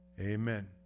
Amen